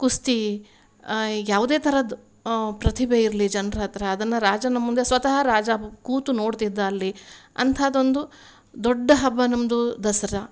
ಕುಸ್ತಿ ಯಾವುದೇ ಥರದ್ದು ಪ್ರತಿಭೆ ಇರಲಿ ಜನ್ರ ಹತ್ತಿರ ಅದನ್ನು ರಾಜನ ಮುಂದೆ ಸ್ವತಃ ರಾಜ ಕೂತು ನೋಡ್ತಿದ್ದ ಅಲ್ಲಿ ಅಂತಹದ್ದೊಂದು ದೊಡ್ಡ ಹಬ್ಬ ನಮ್ಮದು ದಸರಾ